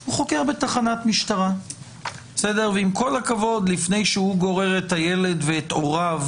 הוא חוקר בתחנת משטרה ועם כל הכבוד לפני שהוא גורר את הילד ואת הוריו